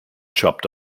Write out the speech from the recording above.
chopped